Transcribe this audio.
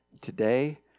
today